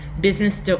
business